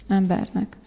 embernek